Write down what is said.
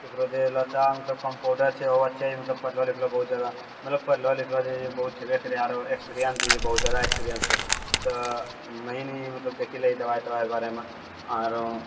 ओकरो जे मतलब कम्पाउण्डर छै ओहो अच्छे मतलब पढ़लो लिखलो बहुत जादा मतलब पढ़लो लिखलो छै बहुत छेबै करै आओर एक्सपीरियन्स भी बहुत जादा एक्सपीरियन्स तऽ नहि नहि मतलब देखिलए मतलब दवाइ तवाइके बारेमे आओर